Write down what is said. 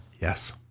yes